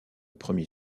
premier